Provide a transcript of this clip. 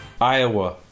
Iowa